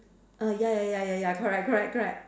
ah ya ya ya ya correct correct correct